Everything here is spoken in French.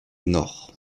nord